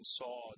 saw